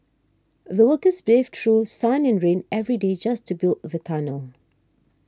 the workers braved through sun and rain every day just to build the tunnel